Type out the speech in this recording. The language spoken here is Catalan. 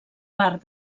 part